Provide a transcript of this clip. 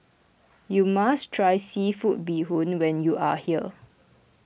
you must try Seafood Bee Hoon when you are here